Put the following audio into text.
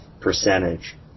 percentage